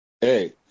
Hey